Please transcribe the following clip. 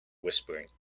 whispering